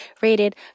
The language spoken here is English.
rated